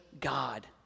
God